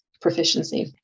proficiency